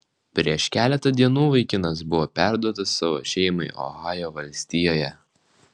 prieš keletą dienų vaikinas buvo perduotas savo šeimai ohajo valstijoje